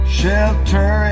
Shelter